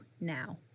now